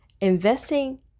investing